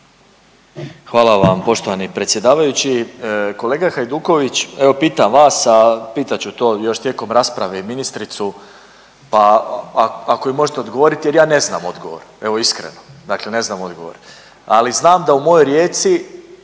Hvala vam poštovani predsjedavajući. Kolega Hajduković evo pitam vas, a pitat ću to još tijekom rasprave i ministricu, pa ako mi možete odgovoriti jer ja ne znam odgovor evo iskreno, dakle ne znam odgovor, ali znam da u mojoj Rijeci,